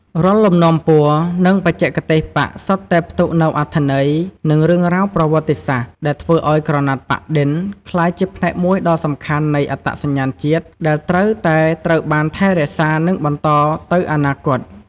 រាល់លំនាំពណ៌ និងបច្ចេកទេសប៉ាក់សុទ្ធតែផ្ទុកនូវអត្ថន័យ និងរឿងរ៉ាវប្រវត្តិសាស្ត្រ ដែលធ្វើឱ្យក្រណាត់ប៉ាក់-ឌិន ក្លាយជាផ្នែកមួយដ៏សំខាន់នៃ អត្តសញ្ញាណជាតិ ដែលត្រូវតែត្រូវបានថែរក្សា និងបន្តទៅអនាគត។